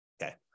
Okay